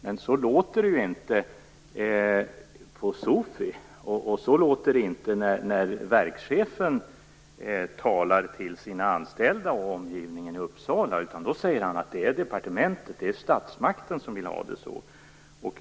Men så låter det ju inte på SOFI, och så låter det inte när verkschefen talar till sina anställda och omgivningen i Uppsala. Då säger han att det är departementet och statsmakten som vill ha det så.